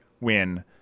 win